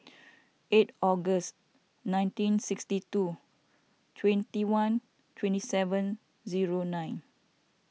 eight August nineteen sixty two twenty one twenty seven zero nine